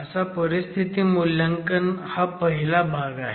असा परिस्थिती मूल्यांकन हा पहिला भाग आहे